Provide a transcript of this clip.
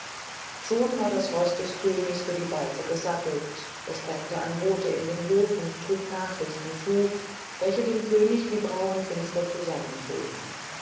schon war das roß des königs für die beize gesattelt da sprengte ein bote in den hof und trug nachrichten zu welche dem könig die brauen finster zusammenzogen